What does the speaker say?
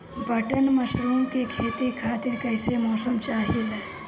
Button mushroom के खेती खातिर कईसे मौसम चाहिला?